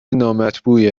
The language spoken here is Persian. نامطبوعی